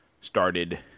started